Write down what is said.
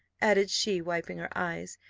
added she, wiping her eyes,